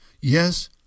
Yes